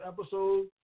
episode